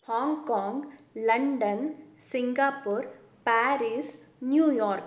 Hong Kong London Singapore Paris New York